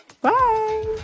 Bye